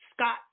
Scott